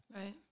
Right